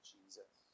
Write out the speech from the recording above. Jesus